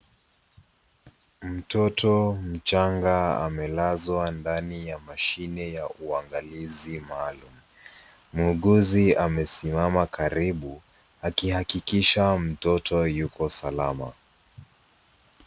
Mtoto mchanga amelazwa ndani ya mashine ya uangalizi maalum. Muuguzi amesimama karibu akihakikisha mtoto yuko salama.